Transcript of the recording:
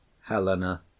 Helena